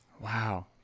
Wow